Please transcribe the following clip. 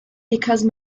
because